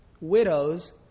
widows